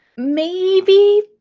maybe,